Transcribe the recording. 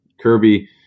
Kirby